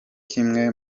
kimwe